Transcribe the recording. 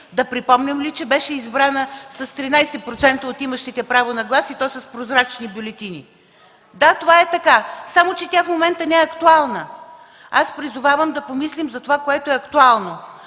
Да припомня ли, че беше избрана с 13% от имащите право на глас, и то с прозрачни бюлетини?! Да, това е така, само че в момента тя не е актуална. Аз призовавам да помислим за това, което е актуално